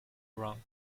wrong